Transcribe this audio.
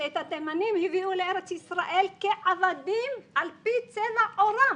שאת התימנים הביאו לארץ ישראל כעבדים על פי צבע עורם.